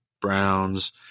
Browns